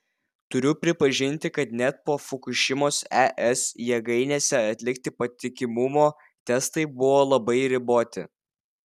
turiu pripažinti kad net po fukušimos es jėgainėse atlikti patikimumo testai buvo labai riboti